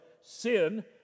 sin